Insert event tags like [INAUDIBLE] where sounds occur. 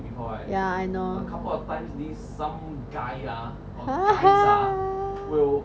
ya I know [LAUGHS]